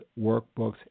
workbooks